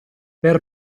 per